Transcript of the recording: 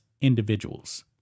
individuals